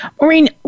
Maureen